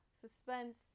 Suspense